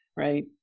Right